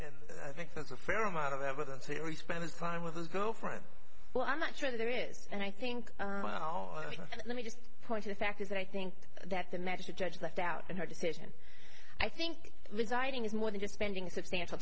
fact i think that's a fair amount of evidence that we spend time with his girlfriend well i'm not sure there is and i think let me just point to the fact is that i think that the medical judge left out in her decision i think resigning is more than just spending substantial